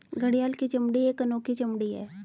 घड़ियाल की चमड़ी एक अनोखी चमड़ी है